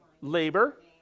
Labor